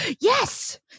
yes